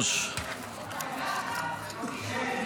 תודה רבה, אדוני היושב-ראש.